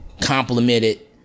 complimented